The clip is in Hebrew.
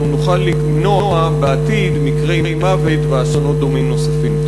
אנחנו נוכל למנוע בעתיד מקרי מוות ואסונות דומים נוספים.